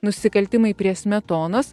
nusikaltimai prie smetonos